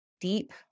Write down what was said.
deep